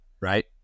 right